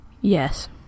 Yes